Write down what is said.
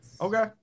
Okay